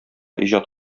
иҗат